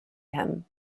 him